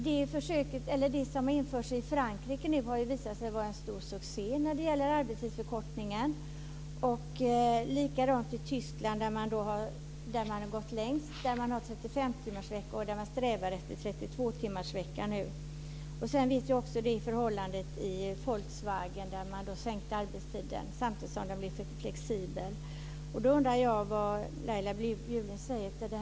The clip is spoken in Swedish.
Den ordning som nu införts i Frankrike vad gäller arbetstidsförkortning har visat sig vara en stor succé. Likadant är det med Tyskland där man har gått längst och nu har 35 timmars arbetsvecka men strävar efter 32 timmars arbetsvecka. Volkswagen har minskat arbetstiden, samtidigt som man tillämpar flexibilitet. Vad säger Laila Bjurling?